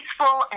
peaceful